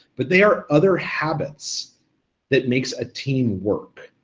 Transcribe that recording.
but they are other habits that makes a team work,